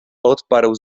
odparł